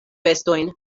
bestojn